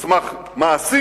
על סמך מעשים,